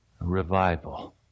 Revival